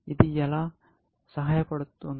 ఇది ఎలా సహాయపడుతుంది